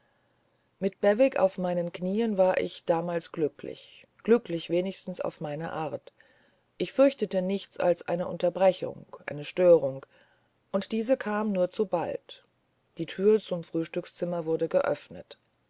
mit bewick auf meinen knieen war ich damals glücklich glücklich wenigstens auf meine art ich fürchtete nichts als eine unterbrechung eine störung und diese kam nur zu bald die thür zum frühstückszimmer wurde geöffnet